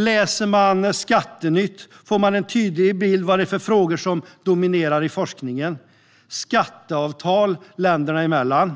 Läser man Skattenytt får man en tydlig bild av de frågor som dominerar forskningen: skatteavtal länder emellan,